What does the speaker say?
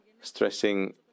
stressing